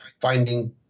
finding